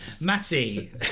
Matty